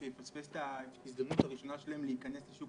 שמפספס את ההזדמנות הראשונה שלו להיכנס לשוק